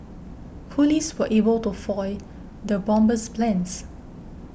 police were able to foil the bomber's plans